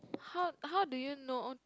how how do you know